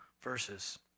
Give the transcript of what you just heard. verses